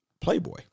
Playboy